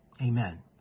Amen